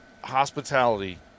Hospitality